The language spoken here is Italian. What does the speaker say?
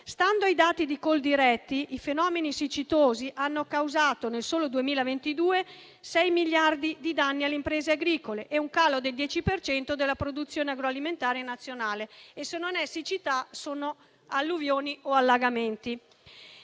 Stando ai dati di Coldiretti, i fenomeni siccitosi hanno causato, nel solo 2022, sei miliardi di danni alle imprese agricole e un calo del 10 per cento della produzione agroalimentare nazionale. E, se non è siccità, sono alluvioni o allagamenti.